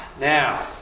Now